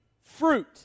fruit